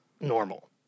normal